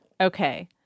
Okay